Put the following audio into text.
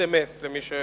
אס.אם.אס למי שיודע,